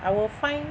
I will find